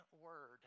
word